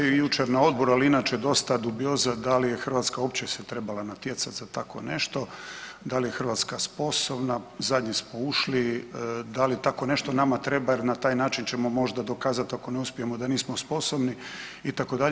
Pa bilo je i jučer i na odboru, ali inače dosta dubioza da li je Hrvatska uopće se trebala natjecat za tako nešto, da li je Hrvatska sposobna, zadnji smo ušli, da li tako nešto nama treba jer na taj način ćemo možda dokazat ako ne uspijemo da nismo sposobni itd.